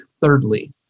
thirdly